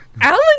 Alan